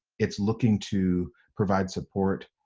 it's looking to provide support,